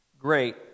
Great